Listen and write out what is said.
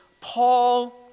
Paul